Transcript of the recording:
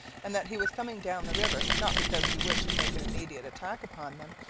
and that he was coming down the river, not because he wished to make an immediate attack upon them,